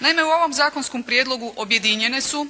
Naime, u ovom zakonskom prijedlogu objedinjene su,